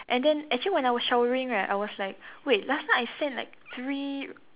and then actually when I was showering right I was like wait last night I send like three